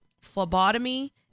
phlebotomy